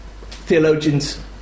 theologians